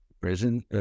Prison